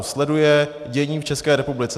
Sleduje dění v České republice.